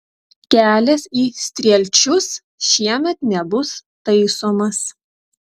kelias į strielčius šiemet nebus taisomas